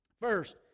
First